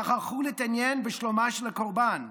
שכחו להתעניין בשלומה של הקורבן.